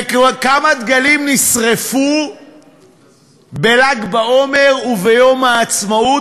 וכמה דגלים נשרפו בל"ג בעומר וביום העצמאות